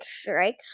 strike